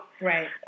Right